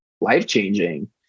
life-changing